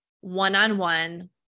one-on-one